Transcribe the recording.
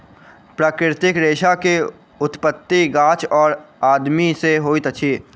प्राकृतिक रेशा के उत्पत्ति गाछ और आदमी से होइत अछि